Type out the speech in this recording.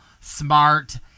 smart